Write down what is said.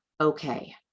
okay